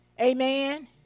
Amen